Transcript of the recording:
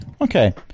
Okay